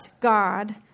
God